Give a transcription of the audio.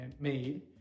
made